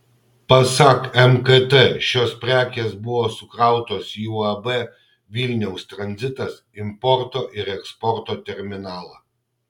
pasak mkt šios prekės buvo sukrautos į uab vilniaus tranzitas importo ir eksporto terminalą